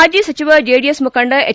ಮಾಜಿ ಸಚಿವ ಜೆಡಿಎಸ್ ಮುಖಂಡ ಎಚ್